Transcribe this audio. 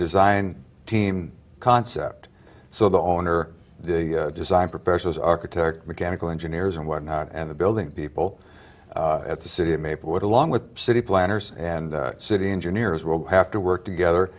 design team concept so the owner the design professionals architect mechanical engineers and whatnot and the building people at the city of maplewood along with city planners and city engineers will have to work together